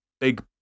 big